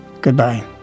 Goodbye